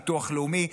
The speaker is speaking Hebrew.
ביטוח לאומי,